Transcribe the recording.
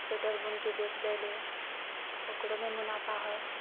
sweater बुनिके बेच दे लऽ ओकरोमे मुनाफा है